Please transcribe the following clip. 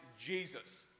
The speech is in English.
Jesus